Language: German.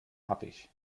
happig